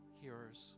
hearers